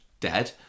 dead